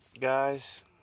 Guys